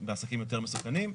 בעסקים יותר מסוכנים,